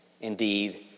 Indeed